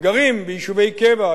גרים ביישובי קבע,